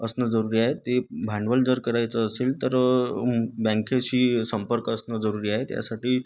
असणं जरूरी आहे ते भांडवल जर करायचं असेल तर बँकेशी संपर्क असणं जरूरी आहे त्यासाठी